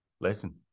listen